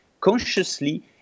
consciously